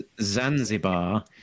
Zanzibar